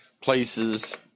places